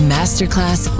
Masterclass